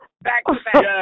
back-to-back